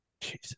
jesus